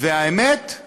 האמת היא